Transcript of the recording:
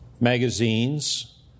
magazines